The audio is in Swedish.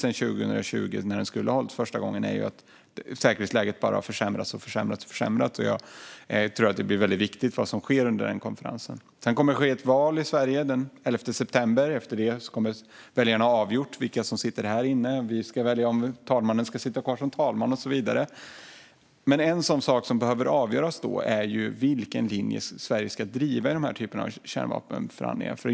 Sedan 2020, då den skulle ha hållits för första gången, har ju säkerhetsläget bara försämrats hela tiden. Jag tror att det blir väldigt viktigt vad som sker under den konferensen. Sedan kommer det att bli val i Sverige den 11 september. Efter det har väljarna avgjort vilka som ska sitta här inne, och vi ska välja om talmannen ska sitta kvar och så vidare. Men en sak som behöver avgöras då är vilken linje Sverige ska driva i den här typen av kärnvapenförhandlingar.